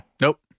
Nope